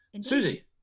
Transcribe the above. Susie